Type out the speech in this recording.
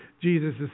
Jesus